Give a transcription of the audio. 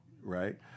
right